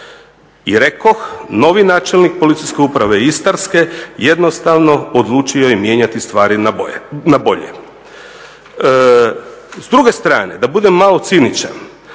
I rekoh, novi načelnik Policijske uprave Istarske jednostavno odlučio je mijenjati stvari na bolje. S druge strane da budem malo ciničan